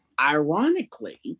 Ironically